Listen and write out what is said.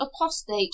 apostate